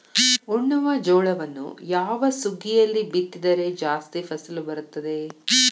ಉಣ್ಣುವ ಜೋಳವನ್ನು ಯಾವ ಸುಗ್ಗಿಯಲ್ಲಿ ಬಿತ್ತಿದರೆ ಜಾಸ್ತಿ ಫಸಲು ಬರುತ್ತದೆ?